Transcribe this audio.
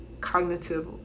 cognitive